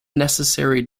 necessary